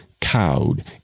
cowed